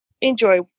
enjoy